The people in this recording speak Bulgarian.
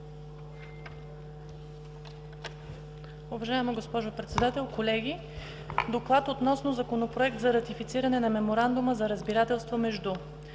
Уважаема госпожо Председател, колеги! „ДОКЛАД относно Законопроект за ратифициране на Меморандума за разбирателство между